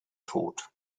tot